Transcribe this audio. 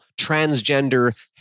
transgender